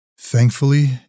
Thankfully